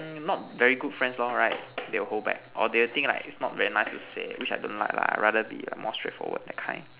mm not very good friends loh right they will hold back or they will think like is not very nice to say which I don't like lah I rather be a more straightforward that kind